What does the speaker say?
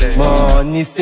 money